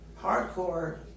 Hardcore